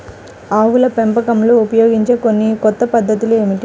ఆవుల పెంపకంలో ఉపయోగించే కొన్ని కొత్త పద్ధతులు ఏమిటీ?